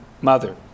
mother